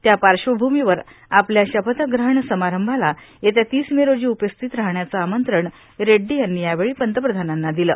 त्या पार्श्वभूमीवर आपल्या शपथग्रहण समारंभाला उपस्थित राहण्याचं आमंत्रण रेइडी यांनी यावेळी पंतप्रधानांना दिलं